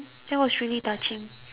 that was really touching